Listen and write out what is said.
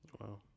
Wow